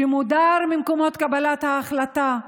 שמודרות ממקומות קבלת החלטות.